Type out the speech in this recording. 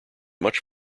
much